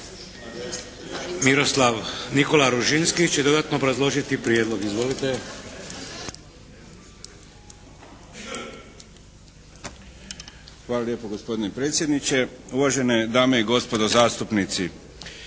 Nikola Ružinski će dodatno obrazložiti prijedlog. Izvolite. **Ružinski, Nikola** Hvala lijepo. Gospodine predsjedniče, uvažene dame i gospodo zastupnici.